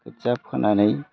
खोथिया फोनानै